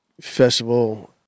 festival